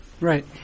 Right